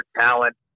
talent